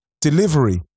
delivery